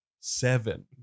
seven